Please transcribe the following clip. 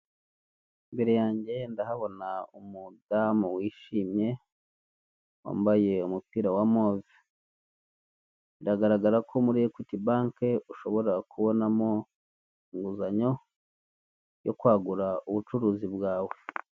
Akayetajeri karimo ikinyobwa kiza gikorwa mu bikomoka ku mata, gifite icupa ribengerana rifite umufuniko w'umweru. Hejuru gato harimo n'ibindi binyobwa bitari kugaragara neza.